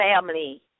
family